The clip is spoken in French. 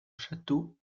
château